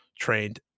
trained